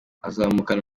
azamukana